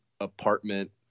apartment